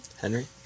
Henry